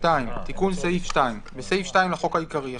תיקון סעיף 2 2. בסעיף 2 לחוק העיקרי,